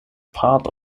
part